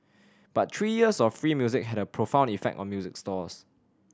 but three years of free music had a profound effect on music stores